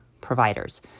providers